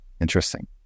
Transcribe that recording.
interesting